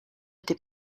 été